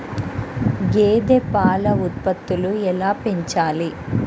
గేదె పాల ఉత్పత్తులు ఎలా పెంచాలి?